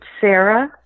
Sarah